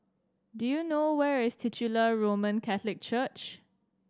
do you know where is Titular Roman Catholic Church